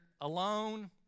alone